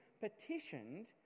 petitioned